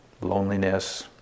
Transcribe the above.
loneliness